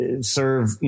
serve